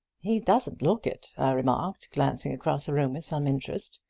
he doesn't look it, i remarked, glancing across the room with some interest.